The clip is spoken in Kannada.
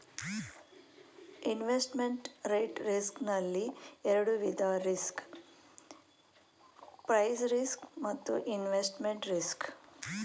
ಇನ್ವೆಸ್ಟ್ಮೆಂಟ್ ರೇಟ್ ರಿಸ್ಕ್ ನಲ್ಲಿ ಎರಡು ವಿಧ ರಿಸ್ಕ್ ಪ್ರೈಸ್ ರಿಸ್ಕ್ ಮತ್ತು ರಿಇನ್ವೆಸ್ಟ್ಮೆಂಟ್ ರಿಸ್ಕ್